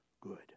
good